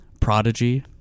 Prodigy